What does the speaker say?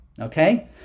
okay